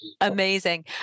amazing